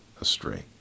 astray